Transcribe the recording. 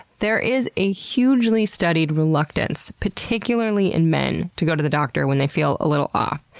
there is a hugely studied reluctance, particularly in men, to go to the doctor when they feel a little off.